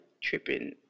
tripping